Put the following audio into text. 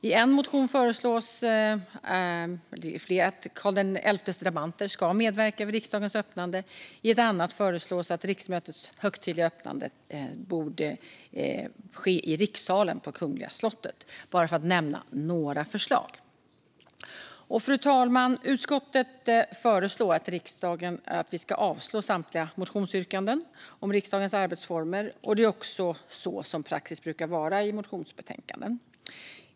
I en motion föreslås att Karl XI:s drabanter ska medverka vid riksdagens öppnande. I en annan föreslås att riksmötets högtidliga öppnande borde ske i Rikssalen på Kungliga slottet, för att bara nämna några förslag. Fru talman! Utskottet föreslår att riksdagen ska avslå samtliga motionsyrkanden om riksdagens arbetsformer. Det brukar också vara praxis när det gäller motionsbetänkanden.